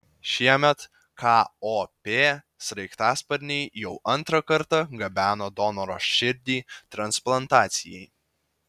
šiemet kop sraigtasparniai jau antrą kartą gabeno donoro širdį transplantacijai